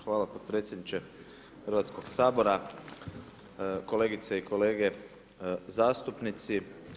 Hvala potpredsjedniče Hrvatskog sabora, kolegice i kolege zastupnici.